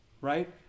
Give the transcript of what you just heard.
Right